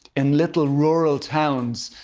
in little rural towns,